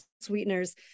sweeteners